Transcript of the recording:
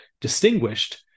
distinguished